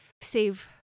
save